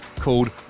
called